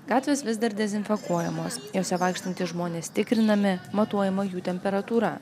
gatvės vis dar dezinfekuojamos jose vaikštantys žmonės tikrinami matuojama jų temperatūra